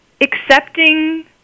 accepting